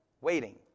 waiting